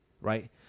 right